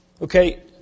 Okay